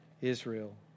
Israel